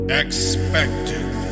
expected